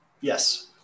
Yes